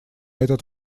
этот